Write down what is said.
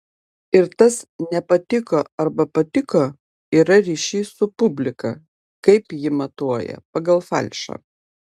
ir tas nepatiko arba patiko yra ryšys su publika kaip ji matuoja pagal falšą